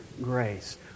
grace